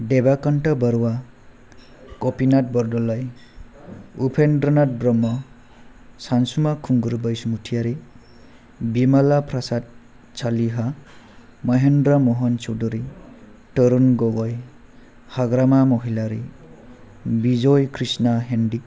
Debakanta' Barua Gopinath Bordoloi Upendranath Brahma Sansuma Khungur Bwiswmuthiary Bimala Prasad Chaliha Mahendra Mohan Choudhury Tarun Gogoi Hagrama Mohilary Bijoy Krishna Handique